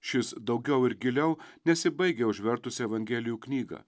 šis daugiau ir giliau nesibaigia užvertus evangelijų knygą